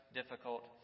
difficult